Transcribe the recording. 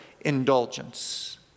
indulgence